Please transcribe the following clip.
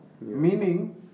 Meaning